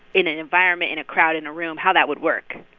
in an environment, in a crowd, in a room, how that would work.